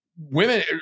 women